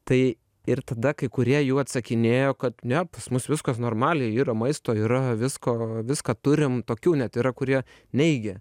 tai ir tada kai kurie jų atsakinėjo kad ne pas mus viskas normaliai yra maisto yra visko viską turim tokių net yra kurie neigė